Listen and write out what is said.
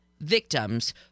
victims